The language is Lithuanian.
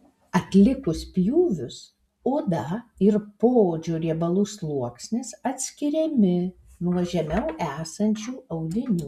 atlikus pjūvius oda ir poodžio riebalų sluoksnis atskiriami nuo žemiau esančių audinių